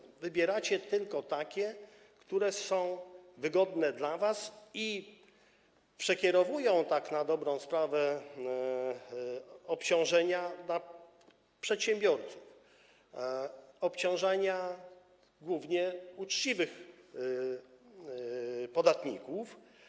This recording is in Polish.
Niestety wybieracie tylko takie, które są wygodne dla was i przekierowują tak na dobrą sprawę obciążenia na przedsiębiorców, obciążają głównie uczciwych podatników.